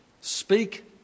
Speak